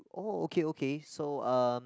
oh okay okay so um